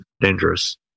dangerous